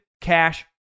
cash